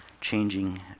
changing